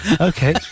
Okay